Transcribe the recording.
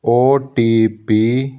OTP